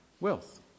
wealth